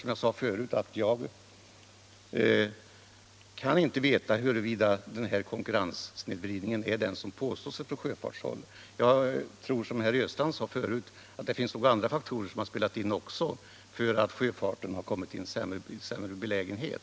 Som jag sade förut kan jag inte veta huruvida denna konkurrenssnedvridning är vad som påstås från sjöfartshåll. Jag tror, som herr Östrand sade, att det finns andra faktorer som också spelar in och gör att sjöfarten kommit i en sämre belägenhet.